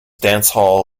dancehall